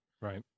right